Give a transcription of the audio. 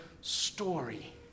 story